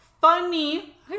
funny